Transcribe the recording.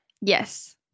Yes